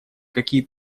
какие